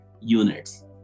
units